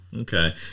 Okay